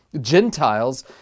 Gentiles